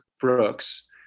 Brooks